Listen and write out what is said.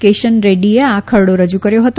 કિશન રેડ્ડીએ આ ખરડો રજૂ કર્યો હતો